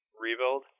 rebuild